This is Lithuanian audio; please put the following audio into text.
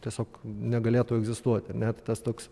tiesiog negalėtų egzistuoti ir net tas toks